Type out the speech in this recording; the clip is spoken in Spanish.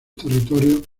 territorios